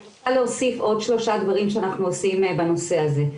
אני רוצה להוסיף עוד שלושה דברים שאנחנו עושים בנושא הזה.